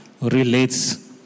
relates